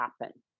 happen